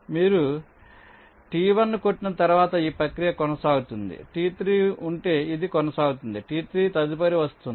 కాబట్టి మీరు T1 ను కొట్టిన తర్వాత ఈ ప్రక్రియ కొనసాగుతుంది T3 ఉంటే ఇది కొనసాగుతుంది T3 తదుపరి వస్తుంది